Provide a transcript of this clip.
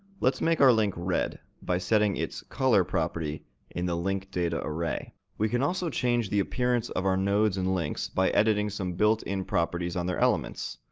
let's make our link red, by setting its color property in the linkdataarray. we can also change the appearance of our nodes and links by editing some built-in properties on their elements.